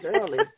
early